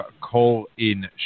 call-in